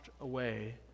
away